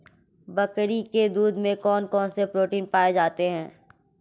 बकरी के दूध में कौन कौनसे प्रोटीन पाए जाते हैं?